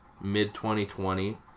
mid-2020